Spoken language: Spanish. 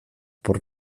por